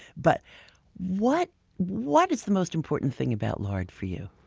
but what what is the most important thing about lard for you?